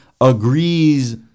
agrees